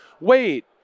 wait